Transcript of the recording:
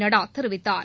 நட்டா தெரிவித்தார்